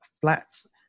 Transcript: flats